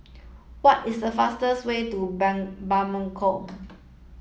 what is the fastest way to Bamako